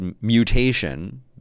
mutation